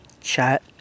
chat